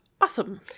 Awesome